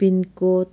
pincode